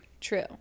True